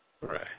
Right